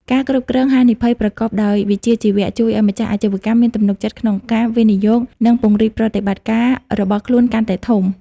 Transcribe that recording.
ការគ្រប់គ្រងហានិភ័យប្រកបដោយវិជ្ជាជីវៈ ជួយឱ្យម្ចាស់អាជីវកម្មមានទំនុកចិត្តក្នុងការវិនិយោគ និងពង្រីកប្រតិបត្តិការរបស់ខ្លួនកាន់តែធំ។